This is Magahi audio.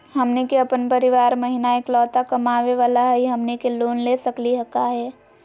हमनी के अपन परीवार महिना एकलौता कमावे वाला हई, हमनी के लोन ले सकली का हो?